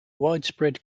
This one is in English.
widespread